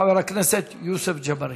חבר הכנסת יוסף ג'בארין.